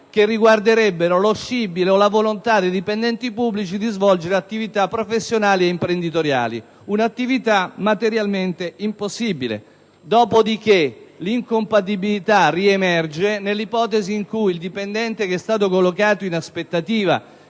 che riguarderebbero lo scibile o la volontà dei dipendenti pubblici di svolgere attività professionali e imprenditoriali: è un'attività materialmente impossibile. Dopodiché, l'incompatibilità riemerge nell'ipotesi in cui il dipendente che è stato collocato in aspettativa,